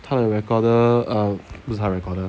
她的 recorder 不是她的 recorded